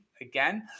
again